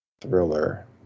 thriller